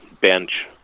bench